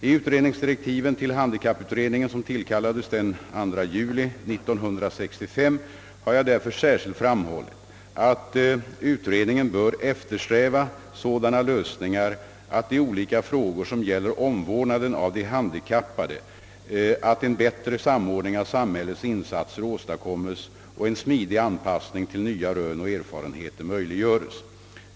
I utredningsdirektiven till handikapputredningen — som tillkallades den 2 juli 1965 — har jag därför särskilt framhållit, att utredningen bör »eftersträva sådana lösningar av de olika frågor som gäller omvårdnaden av de handikappade att en bättre samordning av samhällets insatser åstadkommes och en smidig anpassning till nya rön och erfarenheter möjliggöres».